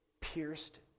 Pierced